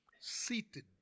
seated